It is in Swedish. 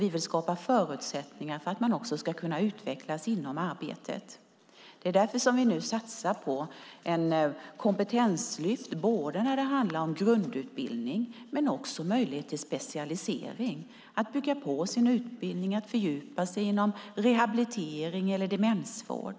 Vi vill skapa förutsättningar för att man ska kunna utvecklas inom arbetet. Det är därför vi nu satsar på ett kompetenslyft när det handlar om grundutbildning, specialisering, påbyggnadsutbildning och fördjupning inom rehabilitering eller demensvård.